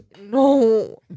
no